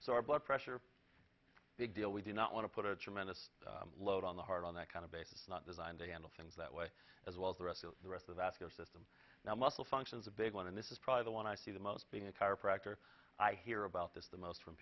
our blood pressure big deal we do not want to put a tremendous load on the heart on that kind of basis not designed to handle things that way as well as the rest of the rest of after system now muscle function is a big one and this is probably the one i see the most being a chiropractor i hear about this the most